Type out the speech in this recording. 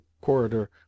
corridor